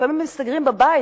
לפעמים הם מסתגרים בבית,